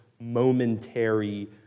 momentary